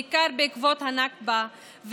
בעיקר בעקבות הנכבה,